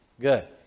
Good